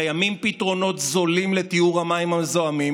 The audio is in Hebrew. קיימים פתרונות זולים לטיהור המים המזוהמים